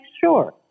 sure